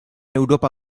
eŭropa